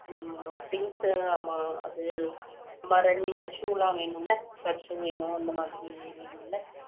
things ஆமாம் அது ஆமாம் ரன்னிங்கு ஷூலாம் வேணும்ல கட் ஷூ வேணும் அந்த மாதிரி வேணும்ல